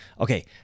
Okay